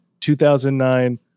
2009